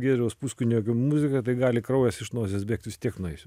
giedriaus puskunigio muzika tai gali kraujas iš nosies bėgt vis tiek nueisiu